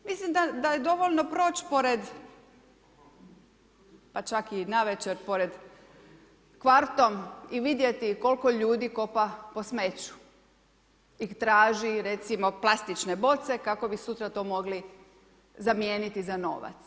Mislim da je dovoljno proći pored, pa čak i navečer, pored kvartom i vidjeti koliko ljudi kopa po smeću i traži, recimo, plastične boce, kako bi sutra to mogli zamijeniti za novac.